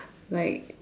like